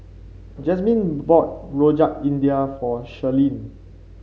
Jasmin bought Rojak India for Shirlene